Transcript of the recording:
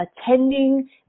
attending